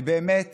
זה באמת